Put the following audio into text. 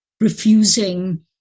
refusing